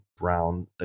Brown